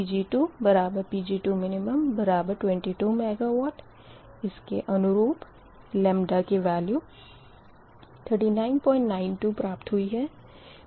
Pg2Pg2min22 MW इसके अनुरूप की वेल्यू 3992 प्राप्त हुई है